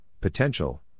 potential